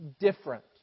different